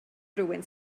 rywun